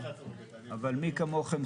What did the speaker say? אבל מי כמוכם,